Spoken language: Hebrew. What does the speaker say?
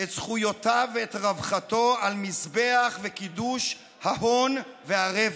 את זכויותיו ואת רווחתו על מזבח וקידוש ההון והרווח.